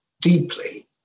deeply